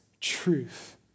truth